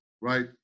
right